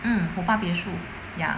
嗯虎豹別墅 ya